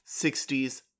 60s